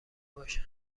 باشن